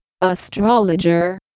Astrologer